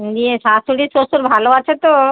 ইয়ে শাশুড়ি শ্বশুর ভালো আছে তো